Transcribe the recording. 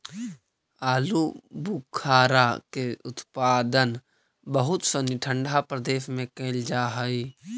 आलूबुखारा के उत्पादन बहुत सनी ठंडा प्रदेश में कैल जा हइ